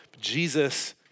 Jesus